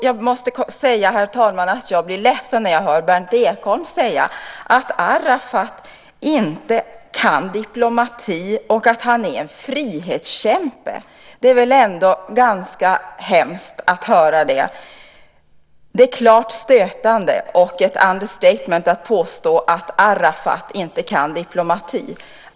Jag måste säga, herr talman, att jag blir ledsen när jag hör Berndt Ekholm säga att Arafat inte kan diplomati och att han är en frihetskämpe. Det är väl ändå ganska hemskt att höra det. Det är klart stötande och ett understatement att påstå att Arafat inte kan diplomati.